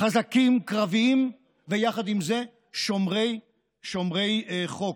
חזקים, קרביים, ויחד עם זה, שומרי חוק.